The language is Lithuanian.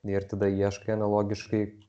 ir tada ieškai analogiškai